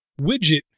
widget